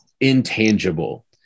intangible